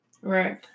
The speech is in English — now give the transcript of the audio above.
right